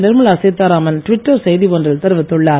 Nirmala Sitharaman Twitter செய்தி ஒன்றில் தெரிவித்துள்ளார்